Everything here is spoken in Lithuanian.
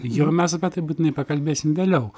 jo mes apie tai būtinai pakalbėsim vėliau